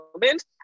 moment